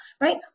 Right